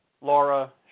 Laura